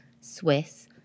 Swiss